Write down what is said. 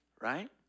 right